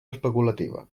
especulativa